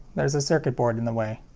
there's a circuit board in the way.